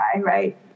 right